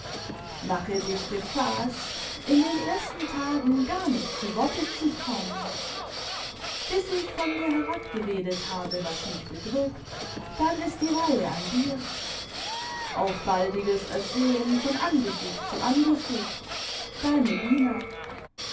mache dich gefaßt in den ersten tagen gar nicht zu worte zu kommen bis ich von mir herabgeredet habe was mich bedrückt dann ist die reihe an dir auf baldiges ersehen von angesicht zu angesicht deine lina